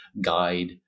guide